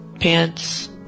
pants